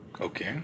Okay